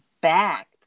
back